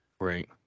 right